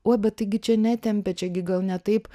o bet tai gi čia netempia čia gi gal ne taip